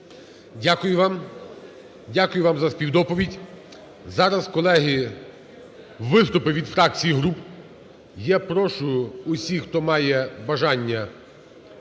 Дякую вам за співдоповідь. Зараз, колеги, виступи від фракцій і груп. Я прошу усіх, хто має бажання